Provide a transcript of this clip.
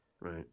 Right